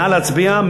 נא להצביע.